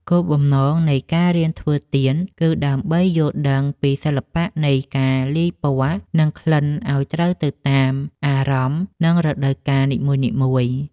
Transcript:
គោលបំណងនៃការរៀនធ្វើទៀនគឺដើម្បីយល់ដឹងពីសិល្បៈនៃការលាយពណ៌ និងក្លិនឱ្យត្រូវទៅតាមអារម្មណ៍ និងរដូវកាលនីមួយៗ។